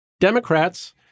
Democrats